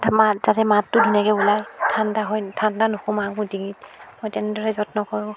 ধা মাত যাতে মাতটো ধুনীয়াকৈ ওলায় ঠাণ্ডা হৈ ঠাণ্ডা নোসোমায় মোৰ ডিঙিত মই তেনেদৰেই যত্ন কৰোঁ